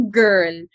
girl